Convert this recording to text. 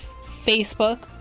Facebook